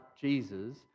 Jesus